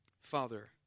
Father